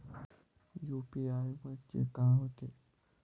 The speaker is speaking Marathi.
यू.पी.आय म्हणजे का होते?